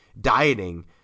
dieting